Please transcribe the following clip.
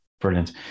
brilliant